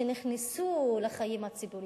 שנכנסו לחיים הציבוריים,